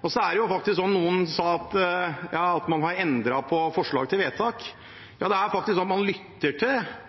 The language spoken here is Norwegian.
Det er, som noen sa, sånn at man har endret på forslag til vedtak. Ja, det er faktisk sånn at man lytter til